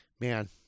Man